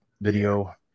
video